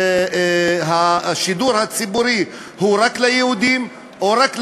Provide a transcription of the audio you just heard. האם השידור הציבורי הוא רק ליהודים או רק לציונים?